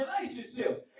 relationships